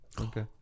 Okay